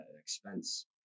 expense